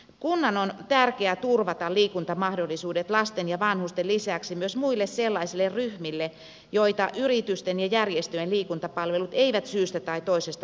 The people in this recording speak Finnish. kunnan on tärkeää turvata liikuntamahdollisuudet lasten ja vanhusten lisäksi myös muille sellaisille ryhmille joita yritysten ja järjestöjen liikuntapalvelut eivät syystä tai toisesta tavoita